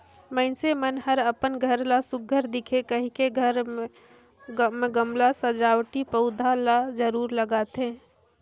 मइनसे मन हर अपन घर ला सुग्घर दिखे कहिके घर म गमला में सजावटी पउधा ल जरूर लगाथे